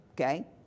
Okay